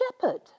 shepherd